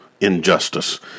injustice